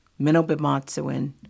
Minobimatsuin